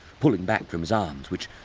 pulling back from his arms, which,